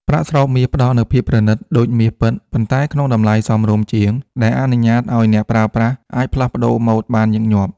ប្រាក់ស្រោបមាស ផ្ដល់នូវភាពប្រណិតដូចមាសពិត ប៉ុន្តែក្នុងតម្លៃសមរម្យជាង ដែលអនុញ្ញាតឲ្យអ្នកប្រើប្រាស់អាចផ្លាស់ប្តូរម៉ូដបានញឹកញាប់។